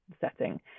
setting